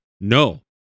No